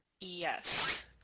Yes